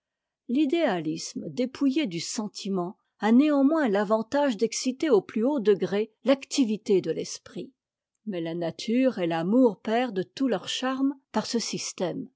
isme dépouillé du sentiment a néanmoins l'avantage d'exciter au plus haut degré l'activité de l'esprit mais la nature et l'amour perdent tout leur charme par ce système